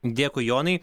dėkui jonai